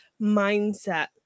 mindset